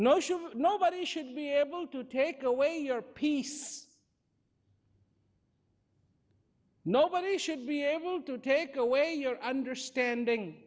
no sugar nobody should be able to take away your peace nobody should be able to take away your understanding